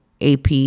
AP